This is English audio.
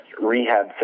rehab